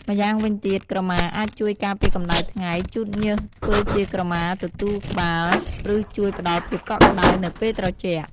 ម្យ៉ាងវិញទៀត ក្រមាអាចជួយការពារកម្ដៅថ្ងៃ ជូតញើស ធ្វើជាក្រមាទទូលលើក្បាល ឬជួយផ្ដល់ភាពកក់ក្ដៅនៅពេលត្រជាក់។